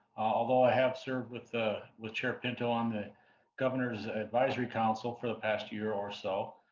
although i have served with ah with chair pinto on the governor's advisory council for the past year or so.